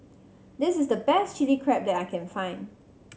this is the best Chili Crab that I can find